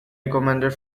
recommended